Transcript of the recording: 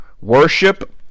Worship